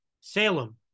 Salem